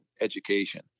education